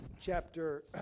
chapter